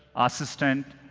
assistant,